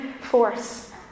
force